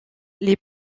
les